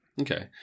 Okay